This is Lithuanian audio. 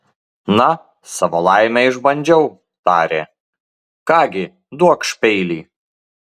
na savo laimę išbandžiau tarė ką gi duokš peilį